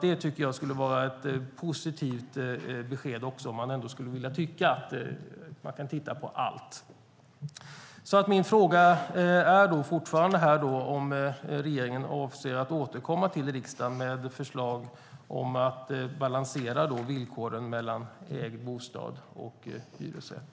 Det skulle vara ett positivt besked att se på allt. Avser regeringen att återkomma till riksdagen med förslag om att balansera villkoren mellan ägd bostad och hyresrätt?